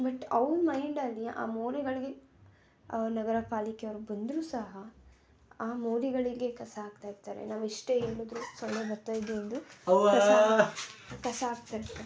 but ಅವ್ರ ಮೈಂಡಲ್ಲಿ ಆ ಮೋರಿಗಳಿಗೆ ನಗರ ಪಾಲಿಕೆಯವ್ರು ಬಂದರೂ ಸಹ ಆ ಮೋರಿಗಳಿಗೆ ಕಸ ಹಾಕ್ತಾ ಇರ್ತಾರೆ ನಾವು ಎಷ್ಟೇ ಹೇಳಿದ್ರು ಸೊಳ್ಳೆ ಬರ್ತಾಯಿದ್ದರು ಅಂದರೂ ಕಸ ಕಸ ಹಾಕ್ತಾ ಇರ್ತಾರೆ